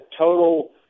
total